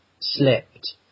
Slipped